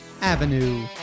avenue